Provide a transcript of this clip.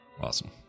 awesome